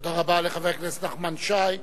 תודה רבה לחבר הכנסת נחמן שי.